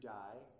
die